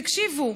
תקשיבו,